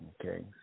Okay